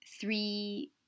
three